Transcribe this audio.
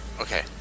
Okay